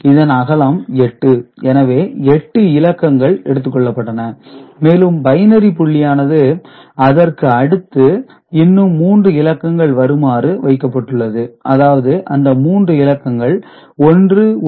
இதன் அகலம் 8 எனவே 8 இலக்கங்கள் எடுத்துக் கொள்ளப்பட்டன மேலும் பைனரி புள்ளியானது அதற்கு அடுத்து இன்னும் மூன்று இலக்கங்கள் வருமாறு வைக்கப்பட்டுள்ளது அதாவது அந்த மூன்று இலக்கங்கள் 110